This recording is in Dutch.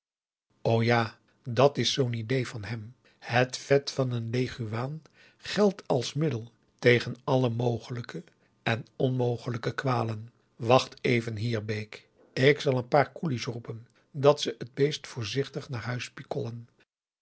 ja dat is zoo'n idee van hen het vet van een leguaan geldt als middel tegen alle mogelijke en onmogelijke kwalen wacht even hier bake ik zal een paar koelies roepen dat ze het beest voorzichtig naar huis